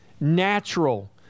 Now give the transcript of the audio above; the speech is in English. natural